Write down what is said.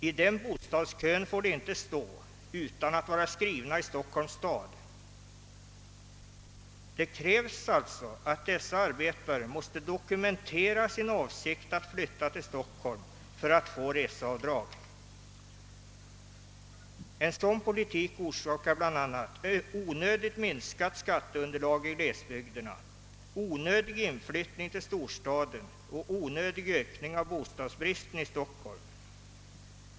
I denna bostadskö får de inte stå utan att vara skrivna i Stockholms stad. Det krävs alltså att dessa arbetare dokumenterar sin avsikt att flytta till Stockholm för att få reseavdrag. En sådan politik orsakar bl.a. onödigt minskat skatteunderlag i glesbygderna, onödig inflyttning till storstaden och onödig ökning av bostadsbristen i Stockholm.